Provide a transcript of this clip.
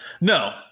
No